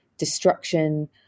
Destruction